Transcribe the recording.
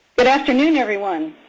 good afternoon, everyone.